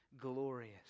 glorious